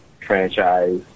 franchise